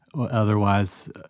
Otherwise